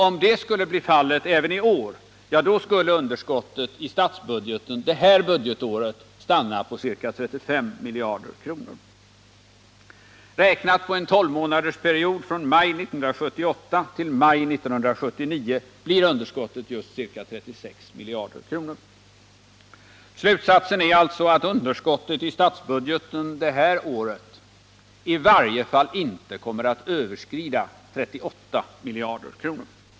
Om det skulle bli fallet även i år skulle underskottet i statsbudgeten det här budgetåret stanna på ca 35 miljarder kronor. Räknat på en tolvmånadersperiod från maj 1978 till maj 1979 blir underskottet just ca 36 miljarder. Slutsatsen är alltså att underskottet i statsbudgeten det här budgetåret i varje fall icke kommer att överskrida 38 miljarder kronor.